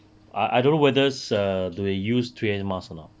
I I don't know whether err do they use three M masks or not